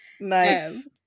nice